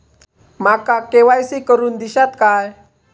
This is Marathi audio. माका के.वाय.सी करून दिश्यात काय?